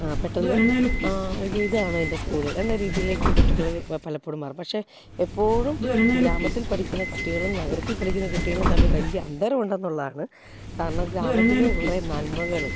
പെട്ടെന്ന് ആ അയ്യോ ഇതാണോ എൻ്റെ സ്കൂള് എന്ന രീതിയിലേക്ക് കുട്ടികള് പലപ്പോഴും മാറും പക്ഷേ എപ്പോഴും ഗ്രാമത്തിൽ പഠിക്കുന്ന കുട്ടികളും നഗരത്തിൽ പഠിക്കുന്ന കുട്ടികളും തമ്മില് വലിയ അന്തരം ഉണ്ടെന്നുള്ളതാണ് കാരണം ഗ്രാമത്തിലെ കുറേ നന്മകള്